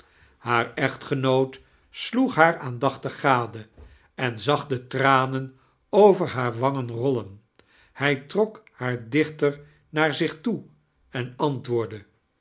haar echtgenoot sloeg haar aandachtdg gade en zag de tranen over hare wangen pollen hij trok haar dichtex naar zich toe en antwoordde